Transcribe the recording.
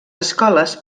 escoles